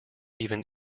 even